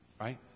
right